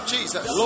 Jesus